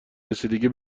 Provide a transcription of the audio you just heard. رسیدگی